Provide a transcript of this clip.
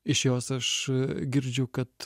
iš jos aš girdžiu kad